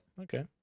Okay